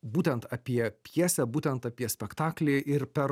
būtent apie pjesę būtent apie spektaklį ir per